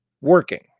working